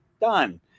done